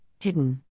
hidden